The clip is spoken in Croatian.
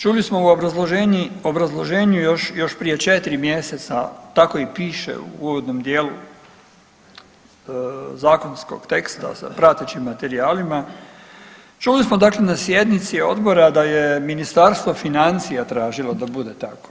Čuli smo u obrazloženju još prije četiri mjeseca, tako i piše u uvodnom dijelu zakonskog teksta sa pratećim materijalima, čuli smo dakle na sjednici odbora da je Ministarstvo financija tražilo da bude tako,